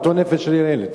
באותה נפש של הילד.